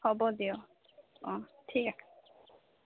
হ'ব দিয়ক অঁ ঠিক আছে